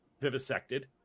vivisected